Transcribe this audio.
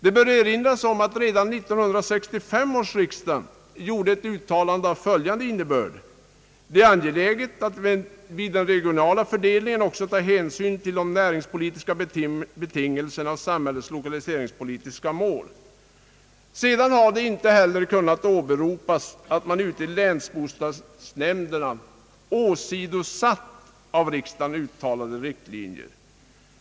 Det bör erinras om att redan 1965 års riksdag gjorde ett uttalande av följande innehåll: »Det är angeläget att vid den regionala fördelningen också ta hänsyn till de näringspolitiska betingelserna och samhällets lokaliseringspolitiska mål.» Sedan har det inte heller kunnat åberopas att man i länsbostadsnämnderna åsidosatt av riksdagen uttalade riktlinjer.